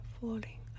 falling